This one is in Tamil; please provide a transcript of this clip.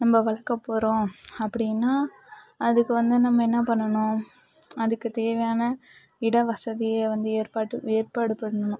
நம்ம வளர்க்கப் போகிறோம் அப்படின்னா அதுக்கு வந்து நம்ம என்ன பண்ணணும் அதுக்கு தேவையான இட வசதியை வந்து ஏற்பாட் ஏற்பாடு பண்ணணும்